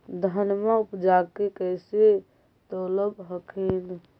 धनमा उपजाके कैसे तौलब हखिन?